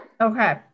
Okay